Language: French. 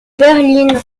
berline